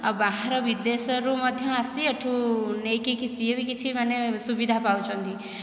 ଆଉ ବାହାର ବିଦେଶରୁ ମଧ୍ୟ ଆସି ଏଇଠୁ ନେଇକି ସିଏ ବି କିଛି ମାନେ ସୁବିଧା ପାଉଛନ୍ତି